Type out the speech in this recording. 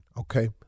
Okay